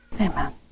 Amen